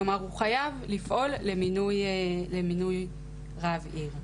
כלומר הוא חייב לפעול למינוי רב עיר.